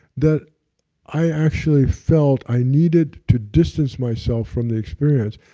that i actually felt i needed to distance myself from the experience.